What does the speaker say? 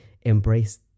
embrace